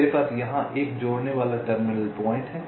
मेरे पास यहां 1 जोड़ने वाला टर्मिनल प्वाइंट है